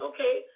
Okay